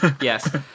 Yes